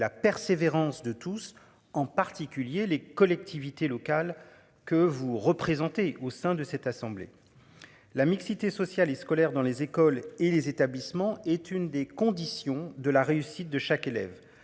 la persévérance de tous, en particulier les collectivités locales que vous représentez au sein de cette assemblée. La mixité sociale et scolaire dans les écoles et les établissements est une des conditions de la réussite de chaque élève.